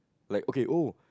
like okay oh